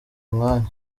umwanya